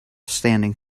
standing